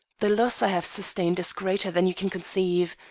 the loss i have sustained is greater than you can conceive.